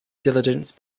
diligence